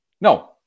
No